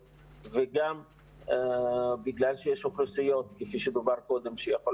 וגם בגלל שיש אוכלוסיות כפי שדובר קודם שיכול